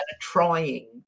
trying